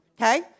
okay